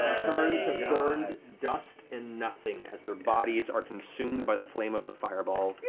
turn to burned dust and nothing as their bodies are consumed by the flame of the fireball,